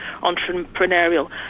entrepreneurial